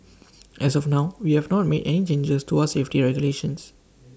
as of now we have not made any changes to our safety regulations